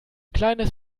kleines